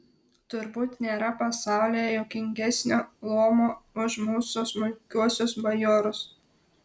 turbūt nėra pasaulyje juokingesnio luomo už mūsų smulkiuosius bajorus